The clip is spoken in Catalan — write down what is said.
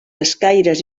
escaires